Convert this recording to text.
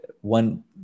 one